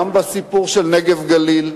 גם בסיפור של נגב-גליל,